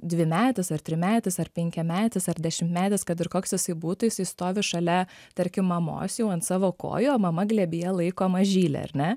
dvimetis ar trimetis ar penkiametis ar dešimtmetis kad ir koks jisai būtų jisai stovi šalia tarkim mamos jau ant savo kojų o mama glėbyje laiko mažylę ar ne